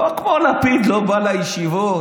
לא כמו לפיד, שלא בא לישיבות,